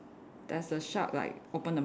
there's a shark like open the mouth